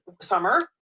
summer